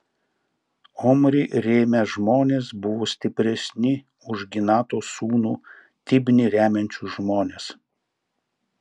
omrį rėmę žmonės buvo stipresni už ginato sūnų tibnį remiančius žmones